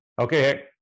Okay